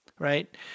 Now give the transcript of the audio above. Right